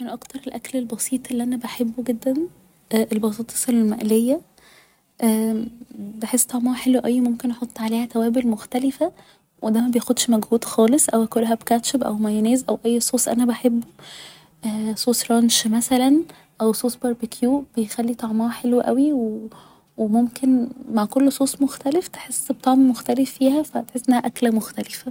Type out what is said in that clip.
من اكتر الأكل البسيط اللي أنا بحبه جدا البطاطس المقلية بحس طعمها حلو اوي ممكن احط عليها توابل مختلفة و ده مبياخدش مجهود خالص او أكلها بمناسب او مايونيز او اي صوص أنا بحبه صوص رانش مثلا او صوص باربيكيو بيخلي طعمها حلو اوي و ممكن مع كل صوص مختلف تحس بطعم مختلف فيها فتحس انها أكلة مختلفة